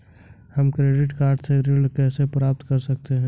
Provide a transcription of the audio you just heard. हम credit card से ऋण कैसे प्राप्त कर सकते हैं?